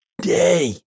day